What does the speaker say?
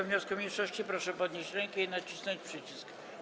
wniosku mniejszości, proszę podnieść rękę i nacisnąć przycisk.